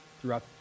Throughout